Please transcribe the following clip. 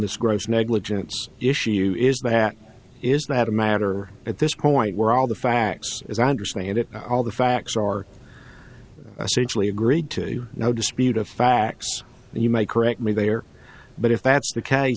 this gross negligence issue is that is not a matter at this point where all the facts as i understand it all the facts are essentially agreed to no dispute of facts you may correct me they are but if that's the case